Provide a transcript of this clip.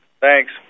Thanks